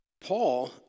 Paul